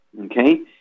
okay